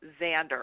Xander